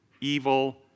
evil